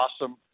awesome